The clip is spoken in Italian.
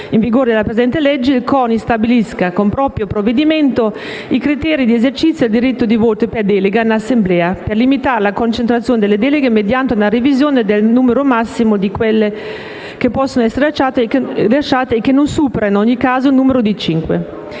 in vigore della presente legge, il CONI stabilisca, con proprio provvedimento, i criteri di esercizio del diritto di voto per delega in assemblea per limitare la concentrazione delle deleghe, mediante una revisione del massimo di quelle che possono essere rilasciate e che non supera, in ogni caso, il numero di